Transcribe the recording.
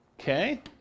Okay